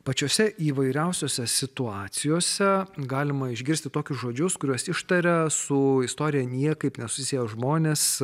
pačiose įvairiausiose situacijose galima išgirsti tokius žodžius kuriuos ištaria su istorija niekaip nesusiję žmonės